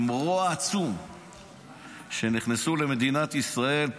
עם רוע עצום שנכנסו למדינת ישראל,